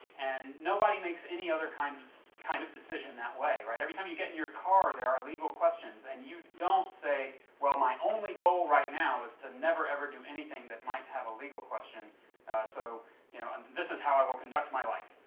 and nobody makes any other kind of kind of decision that way. every time you get in your car there are legal questions and you don't say well my only goal right now is to never ever do anything that might have a legal question so you know and this is how i will conduct my life.